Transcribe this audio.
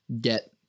get